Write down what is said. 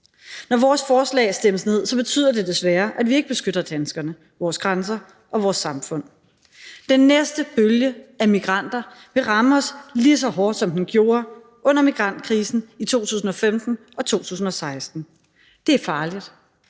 Når vores forslag stemmes ned, betyder det desværre, at vi ikke beskytter danskerne, vores grænser og vores samfund. Den næste bølge af migranter vil ramme os lige så hårdt, som den gjorde under migrantkrisen i 2015 og 2016. Det er farligt.